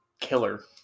killer